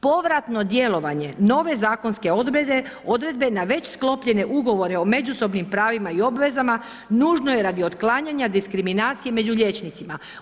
Povratno djelovanje nove zakonske odredbe na već sklopljene ugovore o međusobne pravima i obvezama nužno je radi otklanjanja diskriminacije među liječnicima.